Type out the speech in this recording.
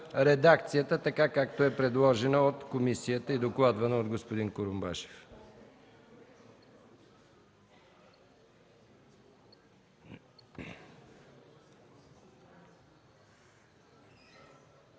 редакцията, така както е предложена от комисията, и докладвана от господин Курумбашев.